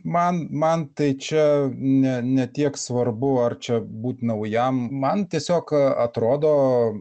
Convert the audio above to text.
man man tai čia ne ne tiek svarbu ar čia būt naujam man tiesiog atrodo